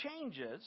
changes